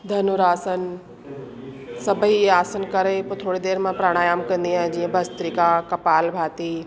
धनुर आसन सभई हीअ आसन करे पोइ थोरी देरि मां प्राणायाम कंदी आहियां जीअं भस्त्रिका कपालभाती